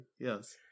Yes